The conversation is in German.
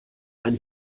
einen